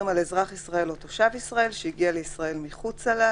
אזרח ישראל או תושב ישראל שהגיע לישראל מחוצה לה,